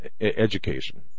education